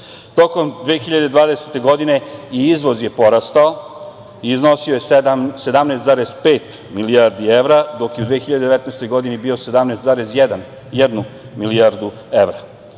2020. godine i izvoz je porastao i iznosio je 17,5 milijardi evra, dok je u 2019. godini bio 17,1 milijardu evra.